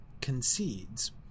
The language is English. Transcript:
concedes